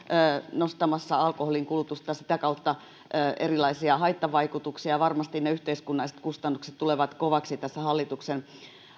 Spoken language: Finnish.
nostamassa alkoholin kulutusta ja sitä kautta erilaisia haittavaikutuksia ja varmasti ne yhteiskunnalliset kustannukset tulevat koviksi tässä hallituksen